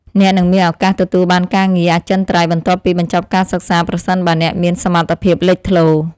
អ្នកនឹងមានឱកាសទទួលបានការងារអចិន្ត្រៃយ៍បន្ទាប់ពីបញ្ចប់ការសិក្សាប្រសិនបើអ្នកមានសមត្ថភាពលេចធ្លោ។